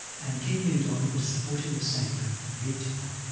and king mindon was supporting the sangha big-time.